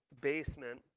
basement